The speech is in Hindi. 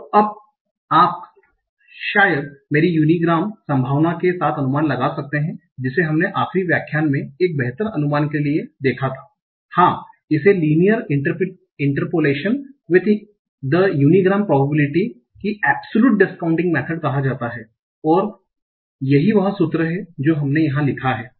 और आप शायद मेरी यूनिग्राम संभावना के साथ अनुमान लगा सकते है जिसे हमने आखिरी व्याख्यान में एक बेहतर अनुमान देने के लिए देखा था हाँ इसे linear interpolation with the unigram probability की एब्सोलुट डिस्कौंटिंग मेथोड कहा जाता है और यही वह सूत्र है जो हमने यहाँ लिखा है